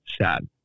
sad